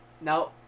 No